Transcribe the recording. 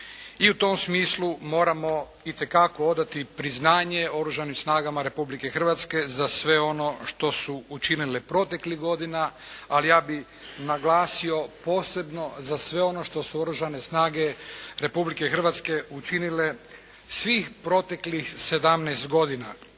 I u tom smislu moramo i te kako odati priznanje Oružanim snagama Republike Hrvatske za sve ono što su učinile proteklih godina, ali ja bih naglasio posebno za sve ono što su Oružane snage Republike Hrvatske učinile svih proteklih 17 godina.